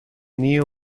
new